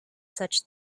such